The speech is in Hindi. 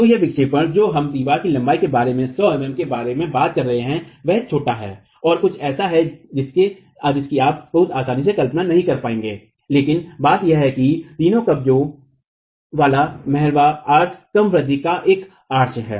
तो यह विक्षेपण जो हम दीवार की लंबाई के बारे में 100 मिमी के बारे में बात कर रहे हैं वह छोटा है और कुछ ऐसा है जिसकीआप बहुत आसानी से कल्पना नहीं कर पाएंगे लेकिन बात यह है कि तीन कब्जेहिन्ज वाला मेहराबआर्च कम वृद्धि का एक आर्क है